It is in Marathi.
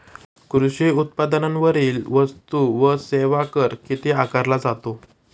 कृषी उत्पादनांवरील वस्तू व सेवा कर किती आकारला जातो?